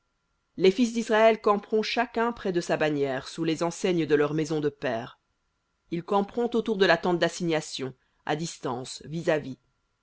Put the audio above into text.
les fils d'israël camperont chacun près de sa bannière sous les enseignes de leurs maisons de pères ils camperont autour de la tente d'assignation à distance vis-à-vis